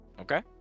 Okay